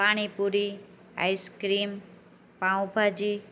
પાણી પૂરી આઇસક્રીમ પાઉં ભાજી